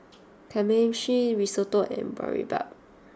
Kamameshi Risotto and Boribap